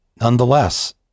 nonetheless